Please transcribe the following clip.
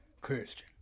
Christian